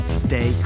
stay